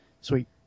Sweet